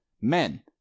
men